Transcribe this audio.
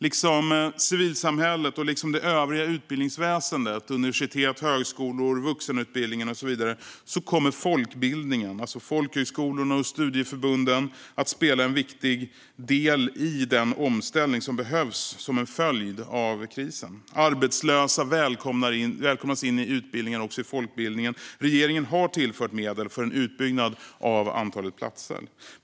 Liksom civilsamhället och det övriga utbildningsväsendet - universitet, högskolor, vuxenutbildningen och så vidare - kommer folkbildningen, alltså folkhögskolorna och studieförbunden, att vara en viktig del i den omställning som behövs som en följd av krisen. Arbetslösa välkomnas in i utbildningar också inom folkbildningen, och regeringen har tillfört medel för en utbyggnad av antalet platser.